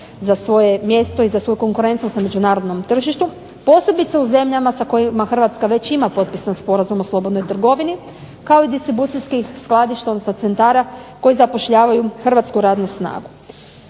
koje se bore za svoju konkurentnost na međunarodnom tržištu posebice sa zemljama sa kojima HRvatska već ima potpisan Sporazum o slobodnoj trgovini kao i distribucijskih skladišta odnosno centara koji zapošljavaju hrvatsku radnu snagu.